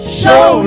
show